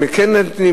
אם כן נותנים,